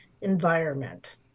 environment